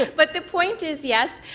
but the point is, yes,